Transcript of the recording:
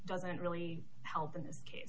doesn't really help in this case